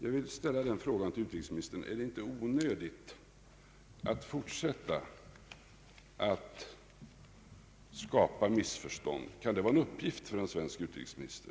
Jag vill fråga utrikesministern: Är det inte onödigt att fortsätta att skapa missförstånd? Kan det vara en uppgift för en svensk utrikesminister?